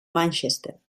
manchester